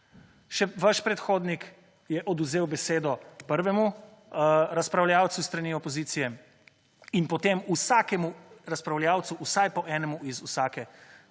še vaš predhodnik je odvzel besedo prvemu razpravljavcu s strani opozicije in potem vsakemu razpravljavcu, vsaj po enemu iz vsake